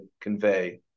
convey